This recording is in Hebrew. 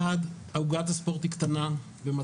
אחד, עוגת אגף הספורט היא קטנה ומצחיקה.